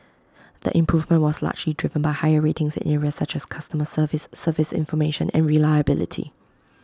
the improvement was largely driven by higher ratings in areas such as customer service service information and reliability